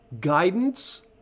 guidance